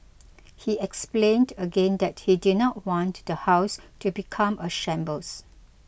he explained again that he did not want the house to become a shambles